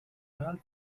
ralf